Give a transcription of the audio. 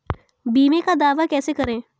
बीमे का दावा कैसे करें?